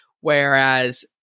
Whereas